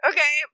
Okay